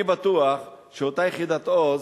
אני בטוח שאותה יחידת "עוז"